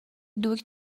دوگ